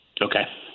Okay